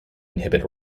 inhibit